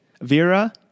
Vera